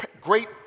great